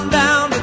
down